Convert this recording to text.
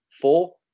Four